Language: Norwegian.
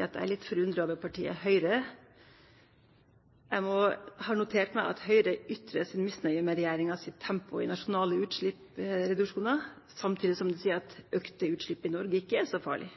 at jeg er litt forundret over partiet Høyre. Jeg har notert meg at Høyre ytrer sin misnøye med regjeringens tempo i nasjonale utslippsreduksjoner, samtidig som de sier at økte utslipp i Norge ikke er så farlig.